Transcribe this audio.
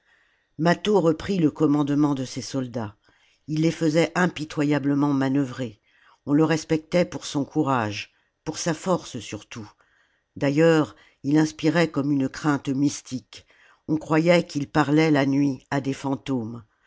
mâtho reprit le commandement de ses soldats il les faisait impitoyablement manœuvrer on le respectait pour son courage pour sa force surtout d'ailleurs il inspirait comme une crainte mystique on croyait qu'il parlait la nuit à des fantômes